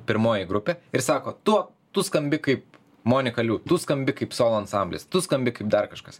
pirmoji grupė ir sako tu tu skambi kaip monika liu tu skambi kaip solo ansamblis tu skambi kaip dar kažkas